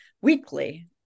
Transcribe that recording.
weekly